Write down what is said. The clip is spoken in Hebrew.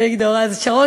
שרון,